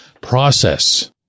process